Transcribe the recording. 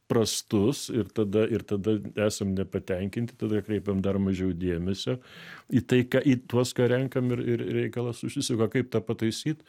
prastus ir tada ir tada esam nepatenkinti tada kreipiam dar mažiau dėmesio į tai ką į tuos ką renkam ir ir reikalas susisuka kaip tą pataisyt